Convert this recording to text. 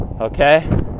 okay